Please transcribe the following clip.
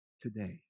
today